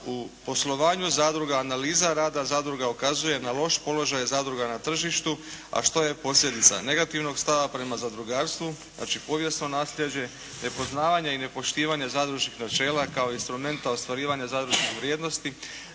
u poslovanju zadruga, analiza rada zadruga ukazuje na loš položaj zadruga na tržištu, a što je posljedica negativnog stava prema zadrugarstvu, znači povijesno nasljeđe, nepoznavanje i nepoštivanje zadružnih načela kao instrumenta ostvarivanja zadružnih vrijednosti,